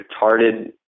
retarded